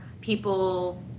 people